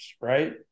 right